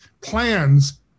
plans